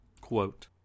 Quote